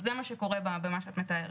עשינו את זה.